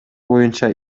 боюнча